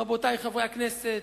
רבותי חברי הכנסת,